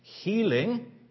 healing